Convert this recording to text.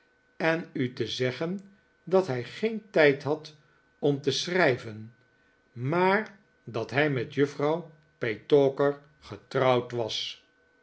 en u te zeggen dat hij geen tijd had om te schrijven maar dat hij met juffrouw petowker getrouwd was